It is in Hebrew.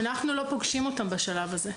אנחנו לא פוגשים אותם בשלב הזה.